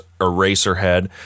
Eraserhead